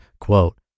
quote